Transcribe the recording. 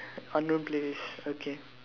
unknown playlist okay